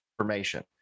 information